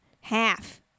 half